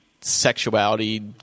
sexuality